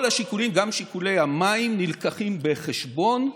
כל השיקולים, גם שיקולי המים, נלקחים בחשבון.